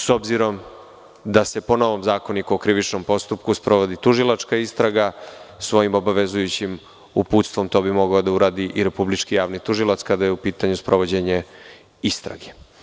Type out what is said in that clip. S obzirom da se po novom zakoniku o Krivičnom postupku sprovodi tužilačka istraga, svojim obavezujućim uputstvom to bi mogao da uradi i Republički javni tužilac kada je u pitanju sprovođenje istrage.